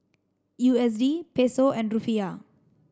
U S D Peso and Rufiyaa